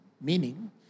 meaning